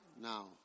now